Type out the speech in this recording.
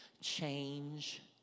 change